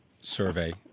survey